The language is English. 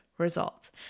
results